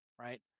Right